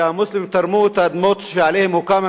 שהמוסלמים תרמו את האדמות שעליהן הוקם,